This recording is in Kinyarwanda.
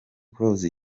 close